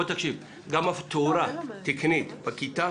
בוא תקשיב, גם תאורה תקנית בכיתה